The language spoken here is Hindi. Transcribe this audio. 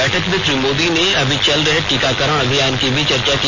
बैठक में श्री मोदी ने अभी चल रहे टीकाकरण अभियान की भी चर्चा की